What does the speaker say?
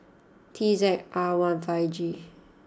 T Z R one five G